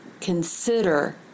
consider